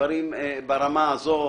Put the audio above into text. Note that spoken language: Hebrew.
דברים ברמה הזאת.